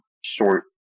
short